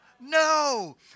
No